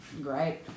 Great